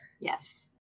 Yes